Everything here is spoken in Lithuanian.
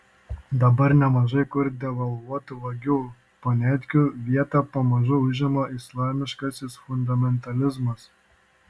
dabar nemažai kur devalvuotų vagių poniatkių vietą pamažu užima islamiškasis fundamentalizmas